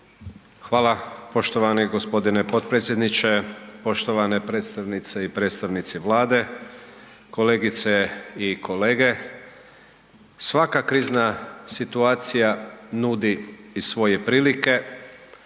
Hvala poštovani g. potpredsjedniče, poštovane predstavnice i predstavnici Vlade, kolegice i kolege. Svaka krizna situacija nudi i svoje prilike,